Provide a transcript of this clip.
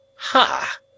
Ha